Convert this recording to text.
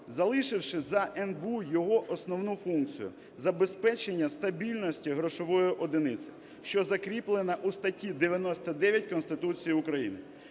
залишивши за НБУ його основну функцію, забезпечення стабільності грошової одиниці, що закріплено у статті 99 Конституції України.